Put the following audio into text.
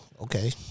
okay